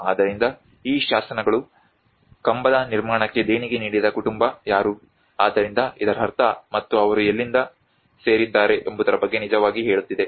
ಆದ್ದರಿಂದ ಈ ಶಾಸನಗಳು ಕಂಬದ ನಿರ್ಮಾಣಕ್ಕೆ ದೇಣಿಗೆ ನೀಡಿದ ಕುಟುಂಬ ಯಾರು ಆದ್ದರಿಂದ ಇದರರ್ಥ ಮತ್ತು ಅವರು ಎಲ್ಲಿಂದ ಸೇರಿದ್ದಾರೆ ಎಂಬುದರ ಬಗ್ಗೆ ನಿಜವಾಗಿ ಹೇಳುತ್ತಿದೆ